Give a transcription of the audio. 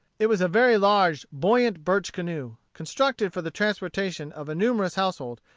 it was a very large buoyant birch canoe, constructed for the transportation of a numerous household,